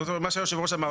זה מה שהיושב-ראש אמר.